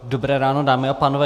Dobré ráno, dámy a pánové.